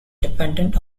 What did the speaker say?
dependent